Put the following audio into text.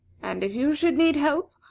and if you should need help,